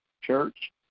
Church